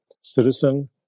citizen